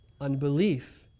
unbelief